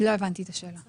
לא הבנתי את השאלה.